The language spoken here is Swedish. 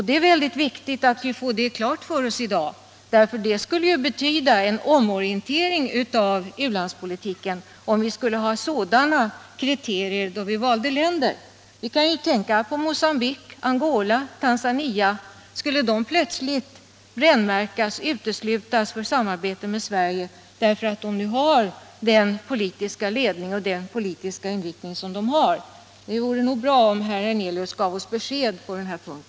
Det är synnerligen viktigt att vi får det klart för oss i dag, för det skulle ju betyda en omorientering av u-landspolitiken om vi skulle ha sådana kriterier då vi valde länder. Vi kan ju tänka på Mogambique, Angola, Tanzania. Skulle dessa länder plötsligt brännmärkas och uteslutas från samarbete med Sverige därför att de nu har den politiska ledning och den politiska inriktning som de har? Det vore bra om herr Hernelius gav oss besked på denna punkt.